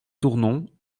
tournon